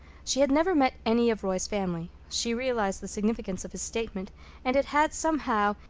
she had never met any of roy's family she realized the significance of his statement and it had, somehow,